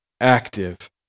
active